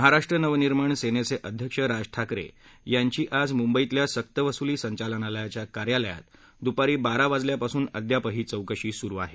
महाराष्ट्र नवनिर्माण सेनेचे अध्यक्ष राज ठाकरे यांची आज मुंबईतल्या सक्तवसुली संचालनालयाच्या कार्यालयात दुपारी बारा वाजल्यापासून अद्यापही चौकशी सुरु आहे